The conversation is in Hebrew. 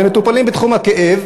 למטופלים בתחום הכאב,